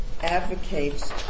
advocates